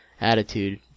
attitude